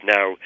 Now